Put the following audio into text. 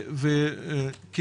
כי